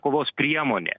kovos priemonė